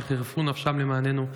שחירפו נפשם למעננו.